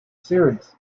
series